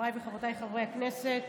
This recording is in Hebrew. חבריי וחברותיי חברי הכנסת,